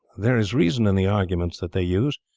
there is reason in the arguments that they use.